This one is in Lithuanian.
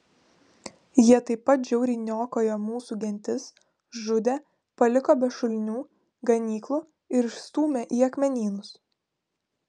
jie taip pat žiauriai niokojo mūsų gentis žudė paliko be šulinių ganyklų ir išstūmė į akmenynus